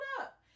up